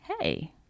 hey